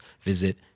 visit